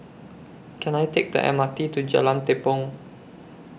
Can I Take The M R T to Jalan Tepong